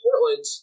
Portland